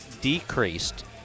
decreased